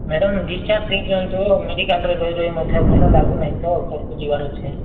madam discharge ଦେଇଦିଅନ୍ତୁ ମେଡ଼ିକାଲ୍ରେ ରହି ରହି ମଧ୍ୟ ଭଲ ଲାଗୁନି ତ ଘରକୁ ଯିବାର ଅଛି